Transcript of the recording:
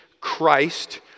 Christ